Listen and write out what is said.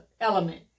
element